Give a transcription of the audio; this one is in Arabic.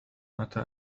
متى